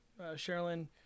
Sherilyn